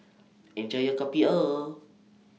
Enjoy your Kopi O